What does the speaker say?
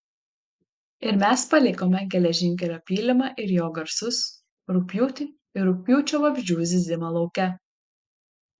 ir mes palikome geležinkelio pylimą ir jo garsus rugpjūtį ir rugpjūčio vabzdžių zyzimą lauke